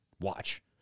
watch